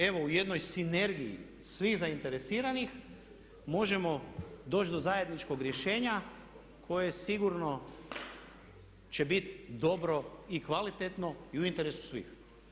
Evo u jednoj sinergiji svih zainteresiranih možemo doći do zajedničkog rješenja koje sigurno će biti dobro i kvalitetno i u interesu svih.